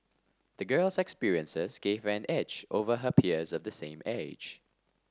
the girl's experiences gave her an edge over her peers of the same age